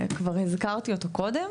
שכבר הזכרתי אותו קודם,